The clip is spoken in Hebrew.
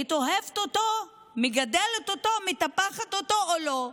היית אוהבת אותו, מגדלת אותו, מטפחת אותו, או לא?